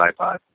iPod